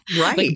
Right